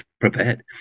prepared